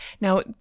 Now